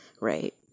right